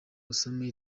usome